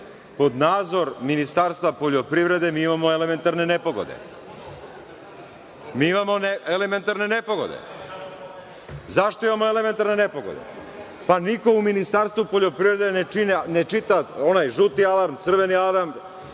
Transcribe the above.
pod nadzor Ministarstva poljoprivrede, mi imamo elementarne nepogode. Zašto imamo elementarne nepogode? Niko u Ministarstvu poljoprivrede ne čita onaj žuti alarm, crveni alarm,